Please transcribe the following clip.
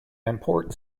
important